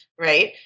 Right